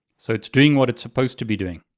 so it's doing what it's suppose to be doing.